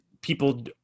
people